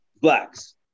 Blacks